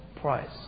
price